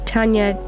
Tanya